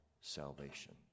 salvation